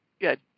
Good